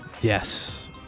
Yes